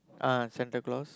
ah Santa-Claus